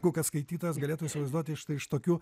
kokias skaitytojas galėtų įsivaizduoti štai iš tokių